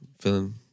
feeling